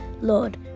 Lord